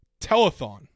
telethon